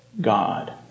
God